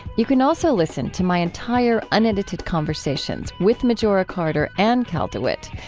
you can also listen to my entire unedited conversations with majora carter and cal dewitt.